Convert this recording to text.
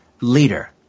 leader